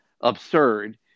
absurd